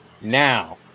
Now